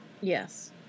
Yes